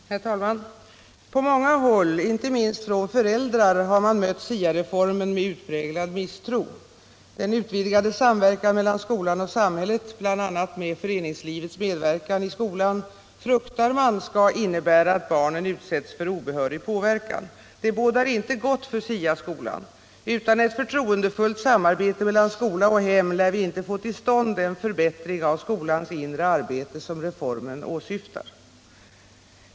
Herr talman! På många håll — inte minst från föräldrar — har man mött SIA-reformen med utpräglad misstro. Den utvidgade samverkan mellan skolan och samhället, bl.a. med föreningslivets medverkan i skolan, fruktar man skall innebära att barnet utsätts för obehörig påverkan. Det bådar inte gott för SIA-skolan; utan ett förtroendefullt samarbete mellan skola och hem lär vi inte få till stånd den förbättring av skolans inre arbete som reformen åsyftar.